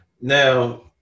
Now